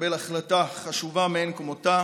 תתקבל החלטה חשובה מאין כמותה